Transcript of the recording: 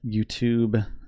youtube